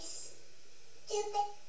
stupid